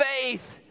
Faith